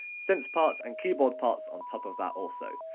synth parts and keyboard parts on top of that also.